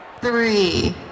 three